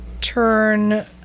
turn